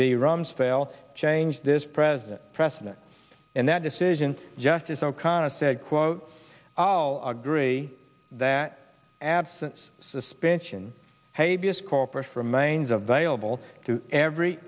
the rumsfeld changed this president precedent and that decision justice o'connor said quote i'll agree that absence suspension a b s corporate remains a valuable to every